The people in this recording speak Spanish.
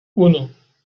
uno